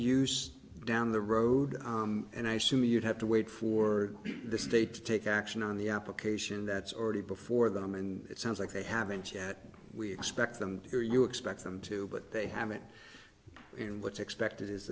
use down the road and i assume you'd have to wait for the state to take action on the application that's already before them and it sounds like they haven't yet we expect them to or you expect them to but they haven't been what's expected